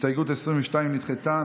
הסתייגות 22 נדחתה.